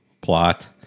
plot